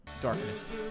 Darkness